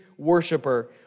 worshiper